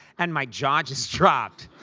and my jaw just dropped.